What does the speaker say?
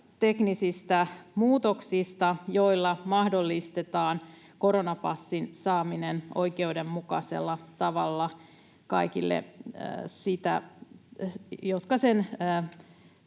teknisistä muutoksista, joilla mahdollistetaan koronapassin saaminen oikeudenmukaisella tavalla kaikille, jotka sen